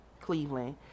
Cleveland